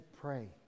pray